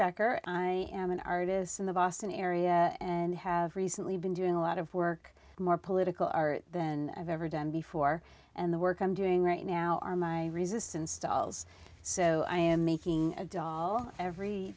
and i am an artist in the boston area and have recently been doing a lot of work more political are then i've ever done before and the work i'm doing right now are my resists installs so i am making a dollar every